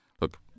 look